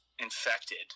Infected